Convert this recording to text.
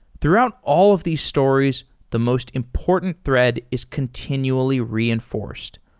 throughout all of these stories, the most important thread is continually reinforced.